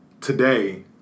today